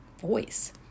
voice